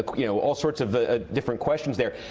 ah you know all sorts of ah different questions there.